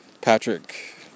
Patrick